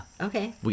Okay